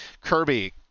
Kirby